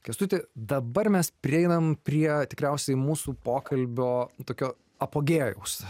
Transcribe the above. kęstuti dabar mes prieinam prie tikriausiai mūsų pokalbio tokio apogėjaus